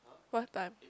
what time